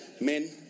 Men